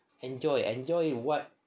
enjoy enjoy what